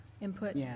input